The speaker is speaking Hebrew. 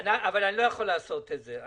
אבל אני לא יכול לעשות את זה,